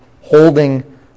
holding